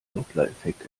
dopplereffekt